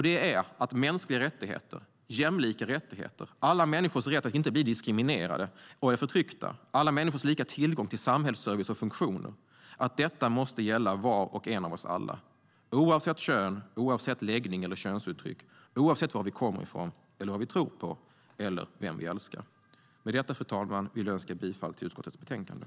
Dessa är att mänskliga rättigheter, jämlika rättigheter, alla människors rätt att inte bli diskriminerade eller förtryckta och alla människors lika tillgång till samhällsservice och funktioner måste gälla var och en av oss oavsett kön, läggning eller könsuttryck och oavsett var vi kommer ifrån, vad vi tror på eller vem vi älskar. Fru talman! Jag yrkar bifall till utskottets förslag i betänkandet.